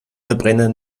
verbrenner